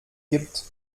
gibt